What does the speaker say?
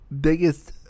biggest